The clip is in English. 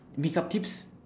makeup tips